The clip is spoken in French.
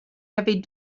avait